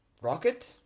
Rocket